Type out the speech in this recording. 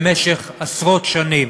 במשך עשרות שנים,